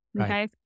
Okay